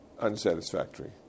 unsatisfactory